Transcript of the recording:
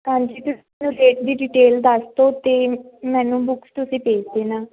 ਹਾਂਜੀ ਤੁਸੀਂ ਰੇਟ ਦੀ ਡਿਟੇਲ ਦੱਸ ਦਿਓ ਅਤੇ ਮੈਨੂੰ ਬੁਕਸ ਤੁਸੀਂ ਭੇਜ ਦੇਣਾ